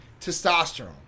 testosterone